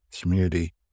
community